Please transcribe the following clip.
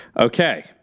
Okay